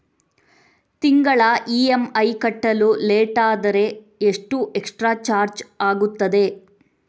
ತಿಂಗಳ ಇ.ಎಂ.ಐ ಕಟ್ಟಲು ಲೇಟಾದರೆ ಎಷ್ಟು ಎಕ್ಸ್ಟ್ರಾ ಚಾರ್ಜ್ ಆಗುತ್ತದೆ?